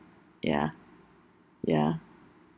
ya ya